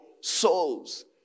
souls